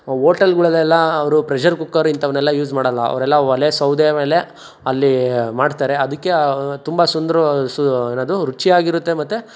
ಹೋಟೆಲ್ಗಳಲ್ಲೆಲ್ಲಾ ಅವರು pressure cooker ಇಂಥವ್ನೆಲ್ಲ use ಮಾಡಲ್ಲ ಅವರೆಲ್ಲ ಒಲೆ ಸೌದೆ ಮೇಲೆ ಅಲ್ಲಿ ಮಾಡ್ತಾರೆ ಅದಕ್ಕೆ ತುಂಬ ಸುಂದ ಸು ಇರೋದು ರುಚಿಯಾಗಿರುತ್ತೆ ಮತ್ತೆ